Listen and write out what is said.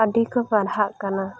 ᱟᱹᱰᱤ ᱠᱚ ᱯᱟᱨᱦᱟᱜ ᱠᱟᱱᱟ